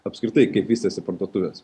apskritai kaip vystėsi parduotuvės